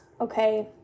okay